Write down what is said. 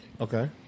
okay